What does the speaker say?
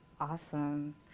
Awesome